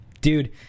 Dude